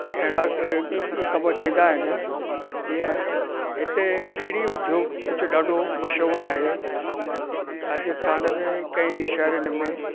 अहिड़ा कम थींदा आहिनि जीअं हिते बीड़ी उद्योग कुझु ॾाढो मशहूरु आहे राजस्थान में कई शहरनि में